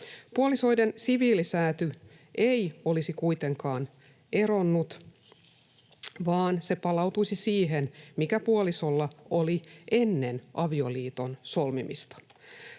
Puolisoiden siviilisääty ei olisi kuitenkaan ”eronnut”, vaan se palautuisi siihen, mikä puolisolla oli ennen avioliiton solmimista.